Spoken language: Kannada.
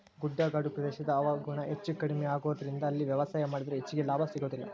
ಗುಡ್ಡಗಾಡು ಪ್ರದೇಶದ ಹವಾಗುಣ ಹೆಚ್ಚುಕಡಿಮಿ ಆಗೋದರಿಂದ ಅಲ್ಲಿ ವ್ಯವಸಾಯ ಮಾಡಿದ್ರು ಹೆಚ್ಚಗಿ ಲಾಭ ಸಿಗೋದಿಲ್ಲ